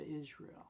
Israel